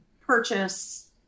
purchase